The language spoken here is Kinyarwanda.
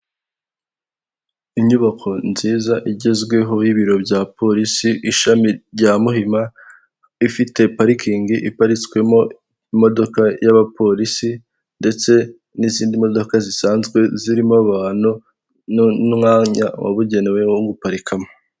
Inyubako nziza igezweho y'ibiro bya polisi ishami rya muhima, ifite parikingi iparitswemo imodoka y'abapolisi ndetse n'izindi modoka zisanzwe zirimo abantu n''umwanya wabugenewe wo guparikamo.